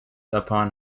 upon